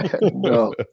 No